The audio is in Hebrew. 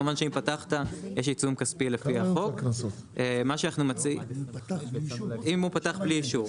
כמובן שאם פתחת יש עיצום כספי לפי החוק אם הוא פתח בלי אישור,